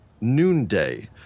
Noonday